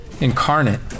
Incarnate